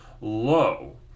low